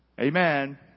Amen